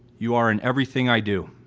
you are in everything i do,